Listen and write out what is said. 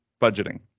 budgeting